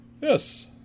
Yes